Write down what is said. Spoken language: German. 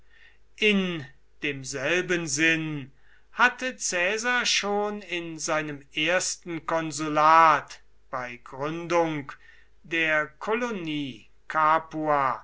in demselben sinn hatte caesar schon in seinem ersten konsulat bei gründung der kolonie